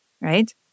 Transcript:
right